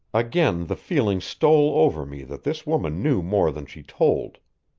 again the feeling stole over me that this woman knew more than she told.